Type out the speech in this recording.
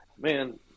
man